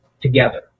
together